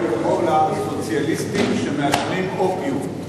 הסוציאליסטים שמאשרים אופיום.